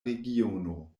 regiono